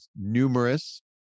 numerous